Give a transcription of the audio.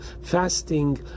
fasting